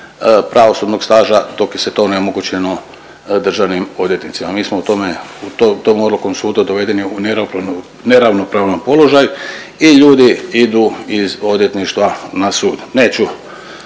pravosudnog staža dok je to onemogućeno državnim odvjetnicima. Mi smo o tome, tom odlukom suda dovedeni u neravnopravan položaj i ljudi idu iz odvjetništva na sud. Neću